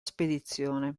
spedizione